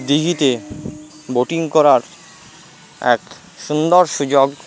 দিঘিতে বোটিং করার এক সুন্দর সুযোগ